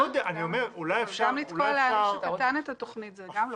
גם לתקוע לאיש הקטן את התוכנית זה לא נכון.